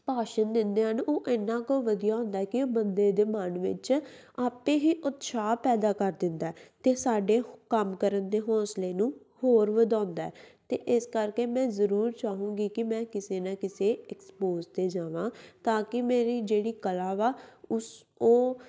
ਭਾਸ਼ਣ ਦਿੰਦੇ ਹਨ ਇੰਨਾਂ ਕੁ ਵਧੀਆ ਹੁੰਦਾ ਕਿ ਬੰਦੇ ਦੇ ਮਨ ਵਿੱਚ ਆਪੇ ਹੀ ਉਤਸਾਹ ਪੈਦਾ ਕਰ ਦਿੰਦਾ ਅਤੇ ਸਾਡੇ ਕੰਮ ਕਰਨ ਦੇ ਹੌਂਸਲੇ ਨੂੰ ਹੋਰ ਵਧਾਉਂਦਾ ਅਤੇ ਇਸ ਕਰਕੇ ਮੈਂ ਜ਼ਰੂਰ ਚਾਹੂੰਗੀ ਕਿ ਮੈਂ ਕਿਸੇ ਨਾ ਕਿਸੇ ਐਕਸਪੋਜ 'ਤੇ ਜਾਵਾਂ ਤਾਂ ਕਿ ਮੇਰੀ ਜਿਹੜੀ ਕਲਾ ਵਾ ਉਸ ਉਹ